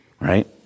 right